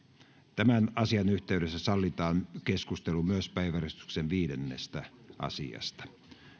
tämän asian yhteydessä sallitaan keskustelu myös päiväjärjestyksen viidennestä asiasta